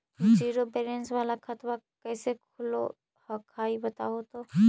Zero balance वाला खतवा कैसे खुलो हकाई बताहो तो?